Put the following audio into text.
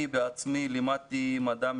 אני בעצמי לימדתי מדע,